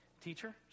Teacher